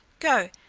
go,